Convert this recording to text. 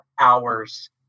hours